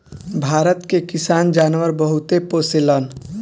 भारत के किसान जानवर बहुते पोसेलन